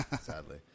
sadly